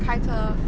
开车